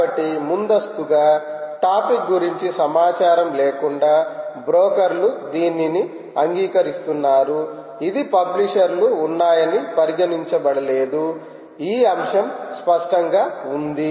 కాబట్టి ముందస్తుగా టాపిక్ గురించి సమాచారం లేకుండా బ్రోకర్లు దీనిని అంగీకరిస్తున్నారు ఇది పబ్లిషర్లు ఉన్నాయని పరిగణించబడలేదు ఈ అంశం స్పష్టంగా ఉంధి